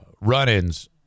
run-ins